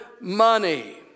money